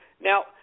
Now